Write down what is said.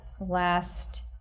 last